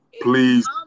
Please